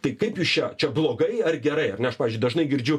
tai kaip jūs čia čia blogai ar gerai ar ne aš pavyzdžiui dažnai girdžiu